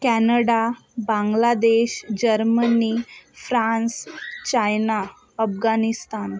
Canada Bangladesh Germany France China Afghanistan